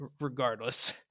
regardless